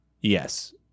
Yes